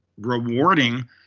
rewarding